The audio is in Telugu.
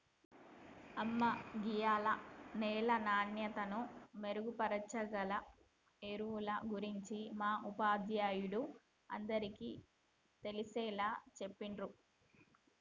అమ్మ గీయాల నేల నాణ్యతను మెరుగుపరచాగల ఎరువుల గురించి మా ఉపాధ్యాయుడు అందరికీ తెలిసేలా చెప్పిర్రు